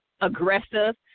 aggressive